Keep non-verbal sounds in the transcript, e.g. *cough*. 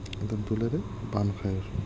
*unintelligible* ডোলেৰে বান্ধ খাই আছোঁ